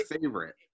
favorite